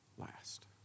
last